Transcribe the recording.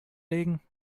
legen